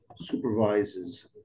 supervises